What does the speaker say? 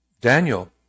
Daniel